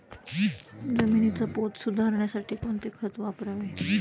जमिनीचा पोत सुधारण्यासाठी कोणते खत वापरावे?